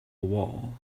wall